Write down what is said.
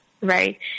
right